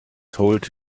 told